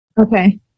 Okay